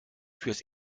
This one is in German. fürs